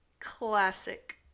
Classic